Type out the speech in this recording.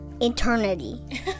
eternity